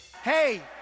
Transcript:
Hey